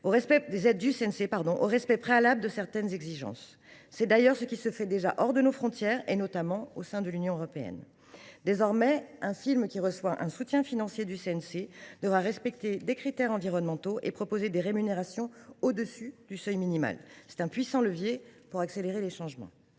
au respect préalable de certaines exigences. C’est d’ailleurs ce qui se fait déjà hors de nos frontières, notamment dans l’Union européenne. Désormais, un film qui reçoit un soutien financier du CNC devra respecter des critères environnementaux et proposer des rémunérations au dessus d’un seuil minimal. C’est un puissant levier pour accélérer les changements.